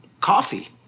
coffee